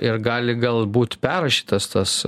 ir gali gal būt perrašytas tas